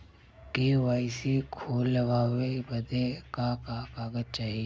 KYC खोलवावे बदे का का कागज चाही?